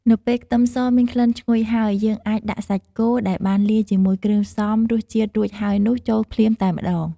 នៅពេលខ្ទឹមសមានក្លិនឈ្ងុយហើយ យើងអាចដាក់សាច់គោដែលបានលាយជាមួយគ្រឿងផ្សំរសជាតិរួចហើយនោះចូលភ្លាមតែម្តង។